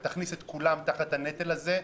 שתכניס את כולם תחת הנטל הזה.